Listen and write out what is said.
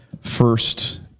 first